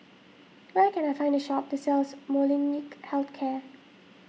where can I find a shop that sells Molnylcke Health Care